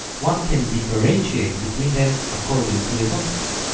one can differentiate between them according to the context.